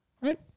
right